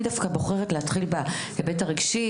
אני דווקא בוחרת להתחיל בהיבט הרגשי.